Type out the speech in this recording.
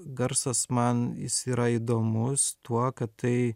garsas man jis yra įdomus tuo kad tai